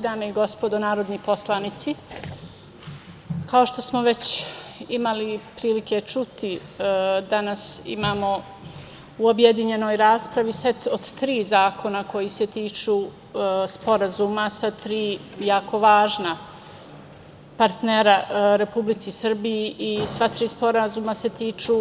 Dame i gospodo narodni poslanici, kao što smo već imali prilike čuti, danas imamo u objedinjenoj raspravi set od tri zakona koji se tiču sporazuma sa tri jako važna partnera Republici Srbiji i sva tri sporazuma se tiču